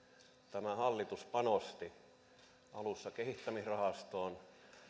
tämä hallitus panosti alussa kehittämisrahastoon